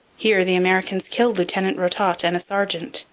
here the americans killed lieutenant rototte and a sergeant,